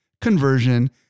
conversion